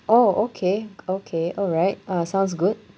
oh okay okay alright uh sounds good